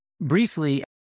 Briefly